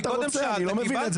קודם שאלת, קיבל.